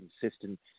consistent